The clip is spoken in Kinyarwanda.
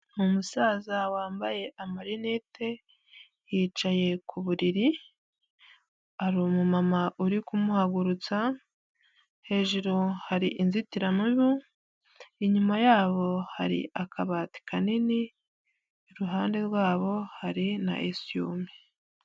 Umusaza wambaye amarinete yicaye ku buriri hari umumama uri kumuhagurutsa hejuru hari inzitiramubu inyuma yabo hari akabati kanini iruhande rwabo hari n'isume.